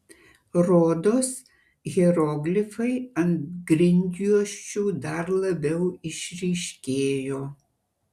rodos hieroglifai ant grindjuosčių dar labiau išryškėjo